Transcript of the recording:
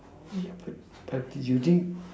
yeah but but did you think